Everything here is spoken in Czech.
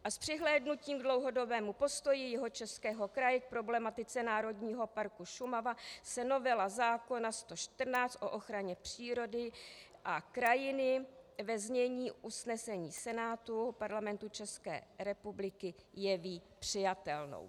A s přihlédnutím k dlouhodobému postoji Jihočeského kraje k problematice Národního parku Šumava se novela zákona č. 114 o ochraně přírody a krajiny ve znění usnesení Senátu Parlamentu České republiky jeví přijatelnou.